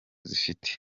zifite